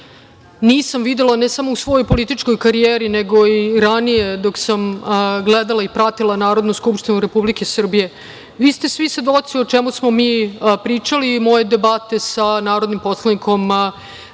nisam videla, ne samo u svojoj političkoj karijeri, nego i ranije dok sam gledala i pratila Narodnu skupštinu Republike Srbije. Vi ste svi svedoci o čemu smo mi pričali i moje debate sa narodnim poslanikom